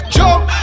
jump